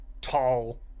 tall